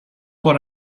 what